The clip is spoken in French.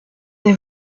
des